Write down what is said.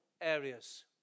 areas